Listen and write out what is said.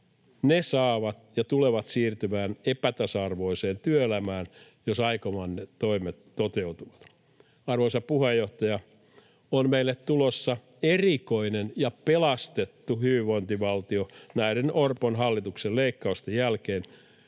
He tulevat siirtymään epätasa-arvoiseen työelämään, jos aikomanne toimet toteutuvat. Arvoisa puheenjohtaja! On meille tulossa erikoinen ja pelastettu hyvinvointivaltio näiden Orpon hallituksen leikkausten jälkeen.